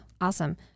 awesome